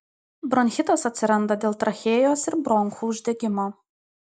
bronchitas atsiranda dėl trachėjos ir bronchų uždegimo